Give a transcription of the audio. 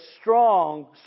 strong